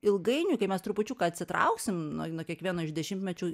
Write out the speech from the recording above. ilgainiui kai mes trupučiuką atsitrauksim nuo nuo kiekvieno iš dešimtmečių